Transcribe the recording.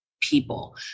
people